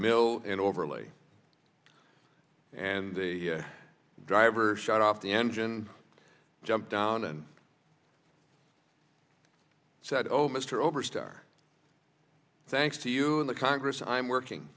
mill and overly and the driver shut off the engine jumped down and said oh mr over star thanks to you in the congress i'm working